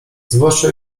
zwłaszcza